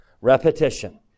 repetition